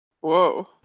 Whoa